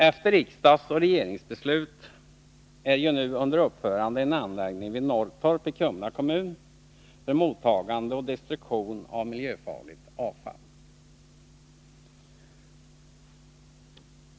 Efter riksdagsoch regeringsbeslut är ju nu en anläggning under uppförande vid Norrtorp i Kumla kommun, för mottagande och destruktion av miljöfarligt avfall.